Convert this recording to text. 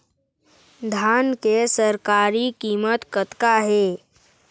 धान के सरकारी कीमत कतका हे?